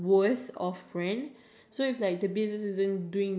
heat talk straightaway like everybody is gonna know your name